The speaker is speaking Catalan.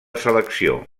selecció